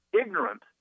ignorant